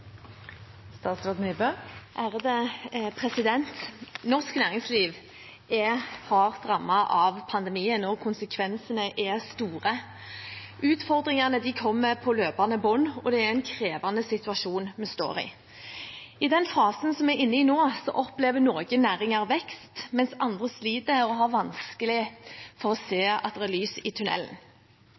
store. Utfordringene kommer på løpende bånd, og det er en krevende situasjon vi står i. I den fasen som vi er inne i nå, opplever noen næringer vekst, mens andre sliter og har vanskelig for å se at det er lys i